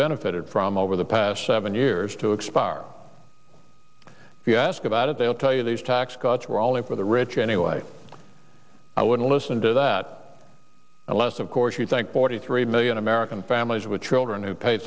benefited from over the past seven years to expire we ask about it they'll tell you these tax cuts were only for the rich anyway i would listen to that unless of course you think forty three million american families with children who pay